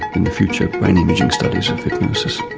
in the future, brain imaging studies of hypnosislynne